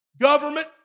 Government